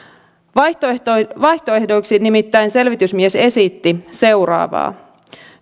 vaihtoehdoiksi nimittäin selvitysmies esitti seuraavaa